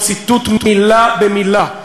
ציטוט מילה במילה,